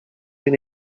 been